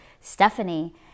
Stephanie